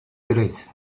tres